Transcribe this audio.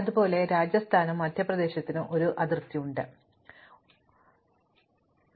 അതുപോലെ രാജസ്ഥാനിനും മധ്യപ്രദേശിനും ഒരു അതിർത്തിയുണ്ട് അതിനാൽ രാജസ്ഥാനിനും മധ്യപ്രദേശിനും വ്യത്യസ്ത നിറങ്ങളുണ്ട്